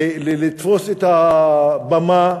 לתפוס את הבמה,